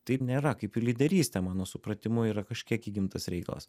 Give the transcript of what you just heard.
taip nėra kaip ir lyderystė mano supratimu yra kažkiek įgimtas reikalas